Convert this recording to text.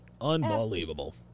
Unbelievable